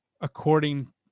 according